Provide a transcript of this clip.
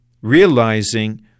realizing